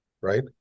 right